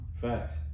facts